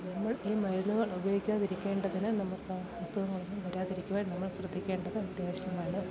നമ്മൾ ഈ മരുന്നുകൾ ഉപയോഗിക്കാതിരിക്കേണ്ടതിന് നമുക്ക് അസുഖങ്ങളൊന്നും വരാതിരിക്കുവാൻ നമ്മൾ ശ്രദ്ധിക്കേണ്ടത് അത്യാവശ്യമാണ്